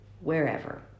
wherever